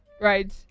right